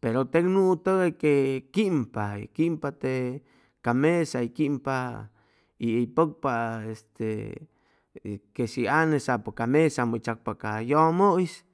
pero teg nuu tʉgay que quimpa hʉy quimpa te cam mesa hʉy quimpa y hʉy pʉcpa este que shi ane sapʉ ca mesamʉ hʉy chacpa ca yʉmʉis